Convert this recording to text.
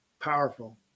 Powerful